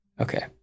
Okay